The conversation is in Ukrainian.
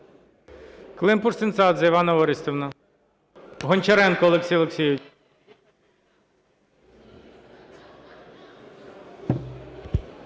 Климпуш-Цинцадзе Іванна Орестівна. Гончаренко Олексій Олексійович.